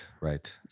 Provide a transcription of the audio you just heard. right